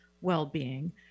well-being